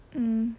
um